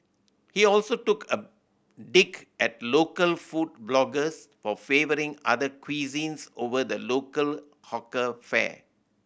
he also took a dig at local food bloggers for favouring other cuisines over the local hawker fare